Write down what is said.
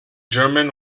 german